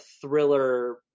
thriller